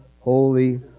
holy